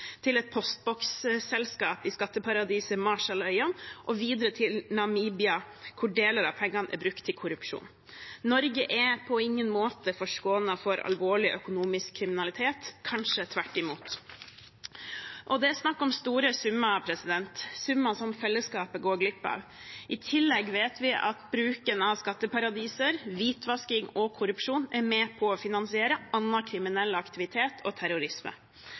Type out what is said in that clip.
til et postboksselskap i skatteparadiset Marshalløyene og videre til Namibia, hvor deler av pengene er brukt til korrupsjon. Norge er på ingen måte forskånet for alvorlig økonomisk kriminalitet, kanskje tvert imot. Det er snakk om store summer, summer som fellesskapet går glipp av. I tillegg vet vi at bruken av skatteparadiser, hvitvasking og korrupsjon er med på å finansiere annen kriminell aktivitet og terrorisme.